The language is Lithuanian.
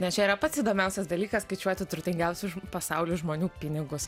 nes čia yra pats įdomiausias dalykas skaičiuoti turtingiausių pasaulio žmonių pinigus